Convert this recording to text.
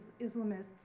Islamists